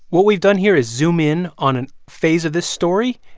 what we've done here is zoom in on a phase of this story,